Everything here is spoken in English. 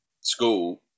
school